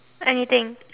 anything